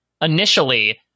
initially